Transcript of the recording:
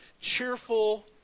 cheerful